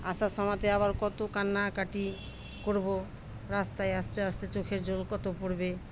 আসার সময়তে আবার কত কান্নাকাটি করবো রাস্তায় আসতে আসতে চোখের জল কত পড়বে